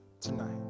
tonight